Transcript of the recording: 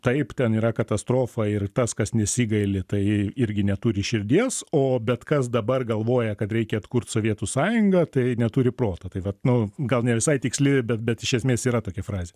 taip ten yra katastrofa ir tas kas nesigaili tai irgi neturi širdies o bet kas dabar galvoja kad reikia atkurt sovietų sąjungą tai neturi proto tai vat nu gal ne visai tiksli bet bet iš esmės yra tokia frazė